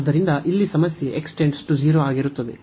ಆದ್ದರಿಂದ ಇಲ್ಲಿ ಸಮಸ್ಯೆ ಆಗಿರುತ್ತದೆ